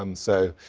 um so,